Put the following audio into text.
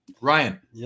Ryan